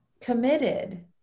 committed